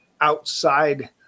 outside